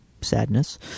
sadness